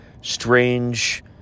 strange